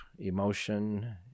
emotion